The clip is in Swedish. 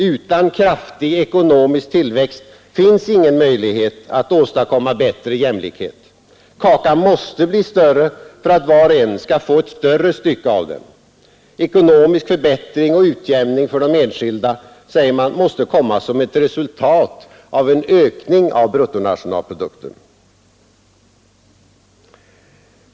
Utan kraftig ekonomisk tillväxt finns ingen möjlighet att åstadkomma bättre jämlikhet. Kakan måste bli större för att var och en skall få ett större stycke av den. Ekonomisk förbättring och utjämning för de enskilda, säger man, måste komma som ett resultat av en ökning av bruttonationalprodukten.